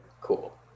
cool